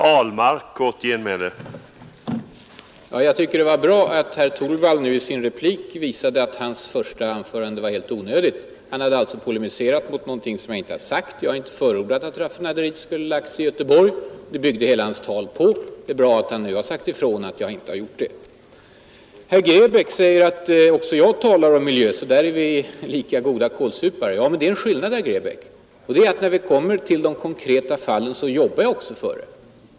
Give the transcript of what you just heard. Herr talman! Jag tycker att det var bra att herr Torwald i sin replik visade att hans första anförande var helt onödigt. Han polemiserade mot något som jag inte sagt. Jag har inte förordat att raffinaderiet skulle förlagts till Göteborg. Det byggde hela hans tal på. Det är bra att det nu blivit klart att jag inte sagt så. Herr Grebäck säger att också jag talar om miljö, där är vi lika goda kålsupare. Ja, men det är en skillnad, herr Grebäck: när vi kommer till de konkreta fallen jobbar jag också för saken.